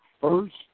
first